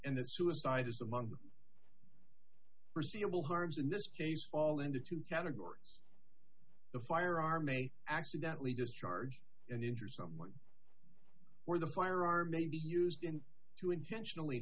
and that suicide is among the forseeable harms in this case fall into two categories the firearm may accidentally discharged and injure someone or the firearm may be used in to intentionally